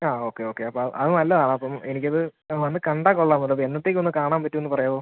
ആ okay okay അപ്പോൾ അത് നല്ലതാണപ്പം എനിക്കിത് വന്ന് കണ്ടാൽ കൊള്ളാമെന്നുണ്ടപ്പോൾ എന്നത്തേക്കൊന്ന് കാണാൻ പറ്റുമെന്ന് പറയാവോ